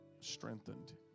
strengthened